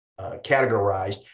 categorized